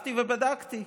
הלכתי ובדקתי.